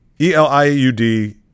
E-L-I-U-D